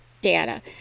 data